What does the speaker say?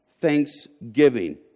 thanksgiving